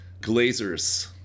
Glazers